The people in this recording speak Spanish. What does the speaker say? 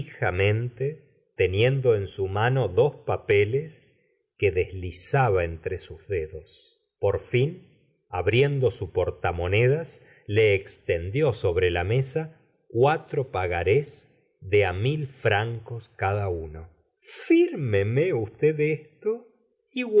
teniendo en su mano dos papeles que deslizaba entre sus dedos por fin la señora de bov ary abriendo su portamonedas le extendió sobre la mesa cuatro pagaré de á mil francos cada uno firmeme usted esto